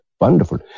wonderful